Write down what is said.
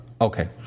Okay